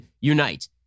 unite